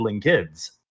kids